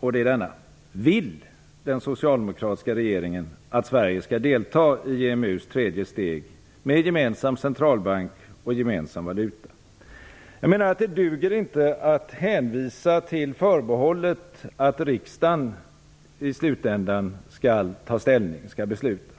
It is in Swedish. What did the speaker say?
och det är denna: Vill den socialdemokratiska regeringen att Sverige skall delta i EMU:s tredje steg med en gemensam centralbank och gemensam valuta? Det duger inte att hänvisa till förbehållet att riksdagen i slutändan skall besluta.